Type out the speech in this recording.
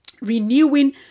Renewing